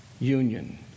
Union